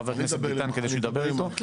בדירוג האשראי הבנקים צריכים לתת התייחסות מיוחדת